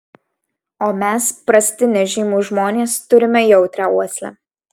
o mes prasti nežymūs žmonės turime jautrią uoslę